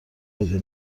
بده